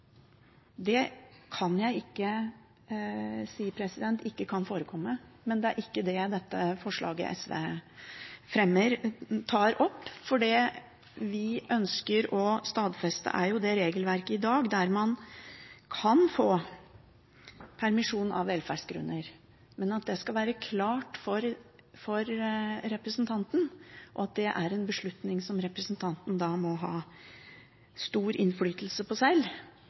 Det kan jeg ikke si ikke kan forekomme, men det er ikke det dette forslaget SV fremmer, tar opp. Det vi ønsker å stadfeste, er det regelverket der man i dag kan få permisjon av velferdsgrunner, men at det skal være klart for representanten, og at det er en beslutning representanten må ha stor innflytelse på